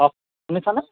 অঁ শুনিছানে